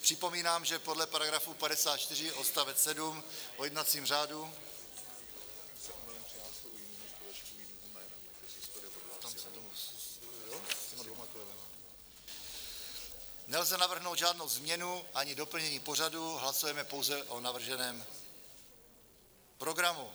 Připomínám, že podle § 54 odst. 7 o jednacím řádu nelze navrhnout žádnou změnu ani doplnění pořadu, hlasujeme pouze o navrženém programu.